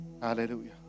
Hallelujah